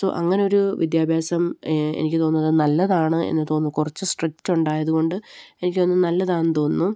so അങ്ങനെയൊരു വിദ്യാഭ്യാസം എനിക്ക് തോന്നുന്നത് നല്ലതാണെന്ന് തോന്നുന്നു കുറച്ച് സ്ട്രിക്റ്റ് ഉണ്ടായതുകൊണ്ട് എനിക്ക് തോന്നുന്നു നല്ലതാണെന്ന് തോന്നുന്നു